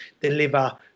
deliver